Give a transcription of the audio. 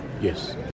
yes